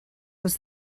was